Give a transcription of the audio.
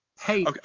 hey